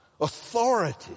authority